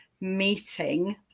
meeting